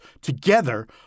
together